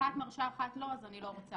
אחת מרשה, אחת לא, אז אני לא רוצה.